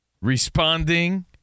Responding